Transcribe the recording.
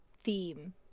theme